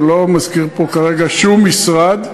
ואני לא מזכיר פה כרגע שום משרד.